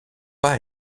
pas